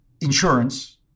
insurance